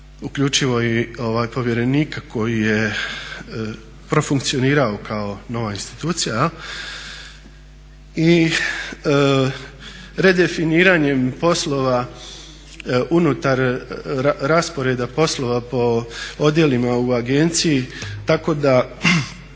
uključivo i povjerenika koji je profunkcionirao kao nova institucija i redefiniranjem poslova unutar rasporeda poslova po odjelima u agenciji tako da